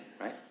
right